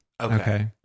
Okay